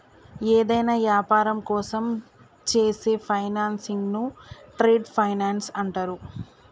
యేదైనా యాపారం కోసం చేసే ఫైనాన్సింగ్ను ట్రేడ్ ఫైనాన్స్ అంటరు